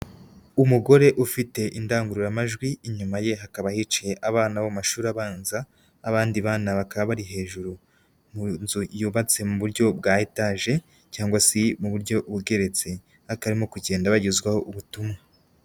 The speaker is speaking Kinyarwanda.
Umugore ufite indangururamajwi, inyuma ye hakaba hicaye abana bo mu mashuri abanza, abandi bana bakaba bari hejuru mu nzu yubatse mu buryo bwa etaje cyangwa se mu buryo bugeretse bakaba barimo kugenda bagezwaho ubutumwa.